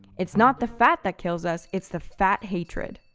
it's not the fat that kills us, it's the fat hatred.